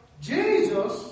Jesus